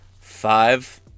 Five